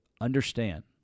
understand